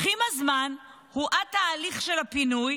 אך עם הזמן הואט התהליך של הפינוי,